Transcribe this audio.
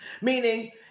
Meaning